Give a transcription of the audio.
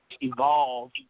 evolve